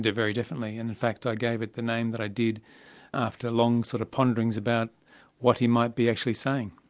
very definitely, and in fact i gave it the name that i did after long sort of ponderings about what he might be actually saying.